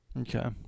Okay